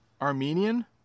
Armenian